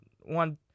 one